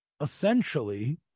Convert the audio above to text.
essentially